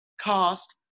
cost